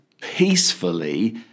peacefully